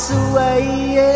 away